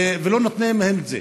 ולא נותנים להם את זה,